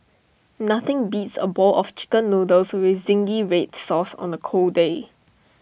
nothing beats A bowl of Chicken Noodles with Zingy Red Sauce on A cold day